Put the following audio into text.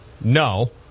no